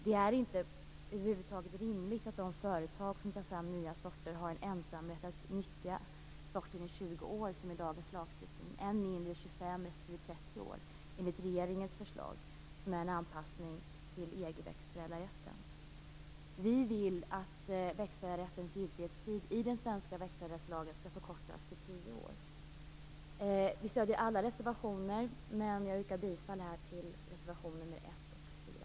Det är över huvud taget inte rimligt att de företag som tar fram nya sorter har ensamrätt att nyttja sorten i 20 år, enligt vad som gäller i dagens lagstiftning, än mindre i 25 och 30 år, som är regeringens förslag och som är en anpassning till EG:s växtförädlarrätt. Vi i Miljöpartiet vill att växtförädlarrättens giltighets tid i den svenska växtförädlarrättslagen skall förkortas till tio år. Jag stöder alla reservationer, men jag yrkar bifall endast till reservationerna nr 1 och nr 4.